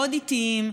מאוד איטיים,